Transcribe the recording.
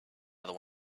other